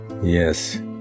Yes